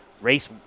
race